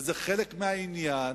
וזה חלק מהעניין,